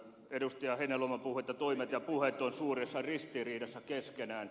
heinäluoma puhui että toimet ja puheet ovat suuressa ristiriidassa keskenään